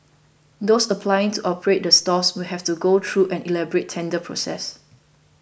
those applying to operate the stalls will have to go through an elaborate tender process